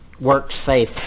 work-safe